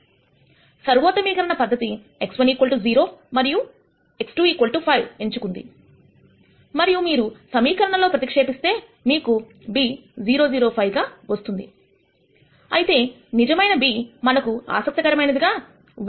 సర్వోత్తమీకరణ పద్ధతి x1 0 మరియు x2 5 ఎంచుకుంది మరియు మీరు సమీకరణం లో ప్రతిక్షేపిస్తే మీకు b 0 0 5 గా వస్తుంది అయితే నిజమైన b మనకు ఆసక్తికరమైనదిగా 1 0